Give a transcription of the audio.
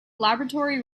laboratory